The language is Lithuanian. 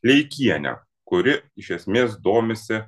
leikienę kuri iš esmės domisi